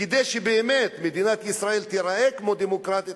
כדי שבאמת מדינת ישראל תיראה כמו דמוקרטיה,